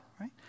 right